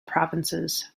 provinces